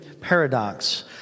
paradox